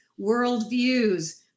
worldviews